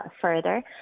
further